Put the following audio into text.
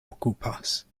okupas